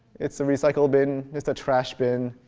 it's a recycle bin. it's a trash bin.